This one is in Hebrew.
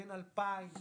בין 2,000